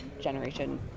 generation